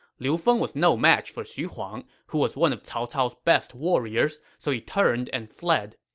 liu feng was no match for xu huang, who was one of cao cao's best warriors, so he turned and fled.